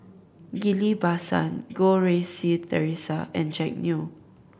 Ghillie Basan Goh Rui Si Theresa and Jack Neo